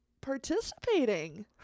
participating